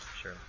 Sure